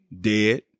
dead